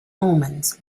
omens